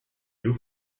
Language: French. hauts